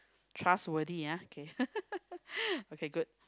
trustworthy ah okay okay good